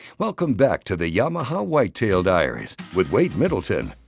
welcome back to the yamaha whitetail diaries with wade middleton.